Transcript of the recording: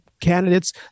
candidates